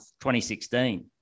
2016